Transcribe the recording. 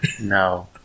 No